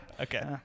Okay